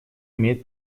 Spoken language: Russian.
имеет